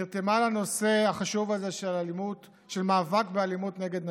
נרתמו לנושא החשוב הזה של מאבק באלימות נגד נשים,